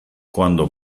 cuando